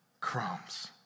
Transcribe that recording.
crumbs